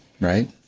Right